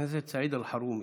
חבר הכנסת סעיד אלחרומי.